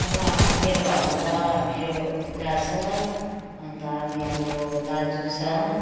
अब मेरो घरमा त मेरो बुढा छ अन्त मेरो दाजु छ